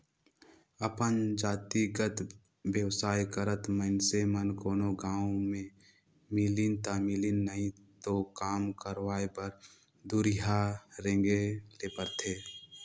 अपन जातिगत बेवसाय करत मइनसे मन कोनो गाँव में मिलिन ता मिलिन नई तो काम करवाय बर दुरिहां रेंगें ले परथे